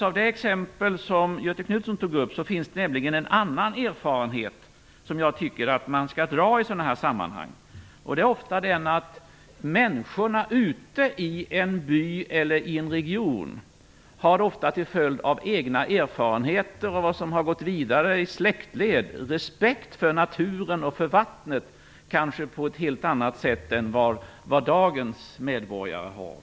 Av det exempel som Göthe Knutson tog upp kan man dra en annan erfarenhet, och det tycker jag att vi skall göra i sådana här sammanhang. Det är att människor ute i en by eller en region, till följd av egna erfarenheter av vad som har gått vidare i släktled, ofta har haft respekt för naturen och för vattnet, kanske på ett helt annat sätt än vad dagens medborgare har.